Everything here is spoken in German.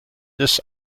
des